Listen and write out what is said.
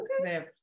Okay